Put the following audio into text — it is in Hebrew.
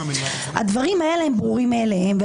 הדברים האלה הם ברורים מאליהם.